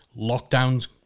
lockdowns